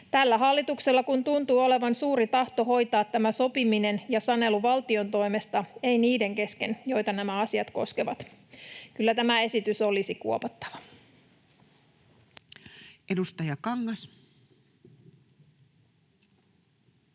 tällä hallituksella kun tuntuu olevan suuri tahto hoitaa tämä sopiminen ja sanelu valtion toimesta, ei niiden kesken, joita nämä asiat koskevat. Kyllä tämä esitys olisi kuopattava. [Speech 142]